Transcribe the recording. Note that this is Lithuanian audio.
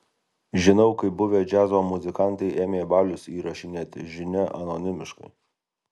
žinau kaip buvę džiazo muzikantai ėmė balius įrašinėti žinia anonimiškai